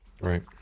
right